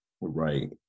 right